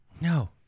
No